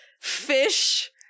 fish